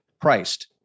priced